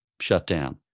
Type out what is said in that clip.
shutdown